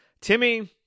Timmy